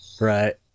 Right